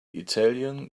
italian